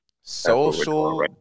Social